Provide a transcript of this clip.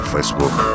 Facebook